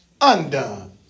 undone